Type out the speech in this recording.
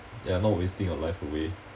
you're not wasting your life away